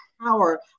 power